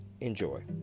Enjoy